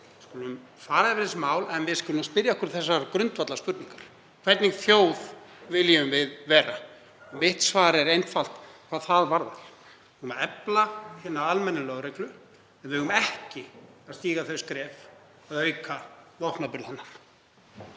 skulum fara yfir þessi mál, en við skulum spyrja okkur þessarar grundvallarspurningar: Hvernig þjóð viljum við vera? Mitt svar er einfalt hvað það varðar: Við eigum að efla hina almennu lögreglu. Við eigum ekki að stíga þau skref að auka vopnaburð hennar.